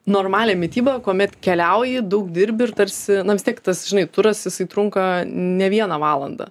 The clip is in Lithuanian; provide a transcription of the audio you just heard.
normalią mitybą kuomet keliauji daug dirbi ir tarsi na vis tik tas žinai turas jisai trunka ne vieną valandą